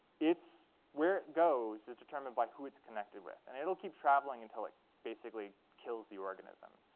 it's where it goes is determined by who it's connected with. and it'll keep traveling until it basically kills the organism.